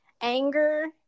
anger